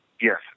Yes